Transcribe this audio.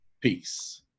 peace